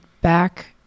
back